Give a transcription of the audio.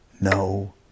no